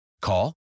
Call